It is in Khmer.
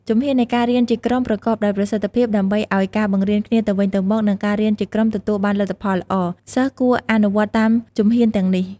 ជំហាននៃការរៀនជាក្រុមប្រកបដោយប្រសិទ្ធភាពដើម្បីឲ្យការបង្រៀនគ្នាទៅវិញទៅមក និងការរៀនជាក្រុមទទួលបានលទ្ធផលល្អ សិស្សគួរអនុវត្តតាមជំហានទាំងនេះ។